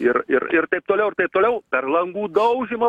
ir ir ir taip toliau ir taip toliau per langų daužymo